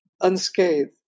unscathed